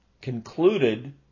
concluded